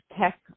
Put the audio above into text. tech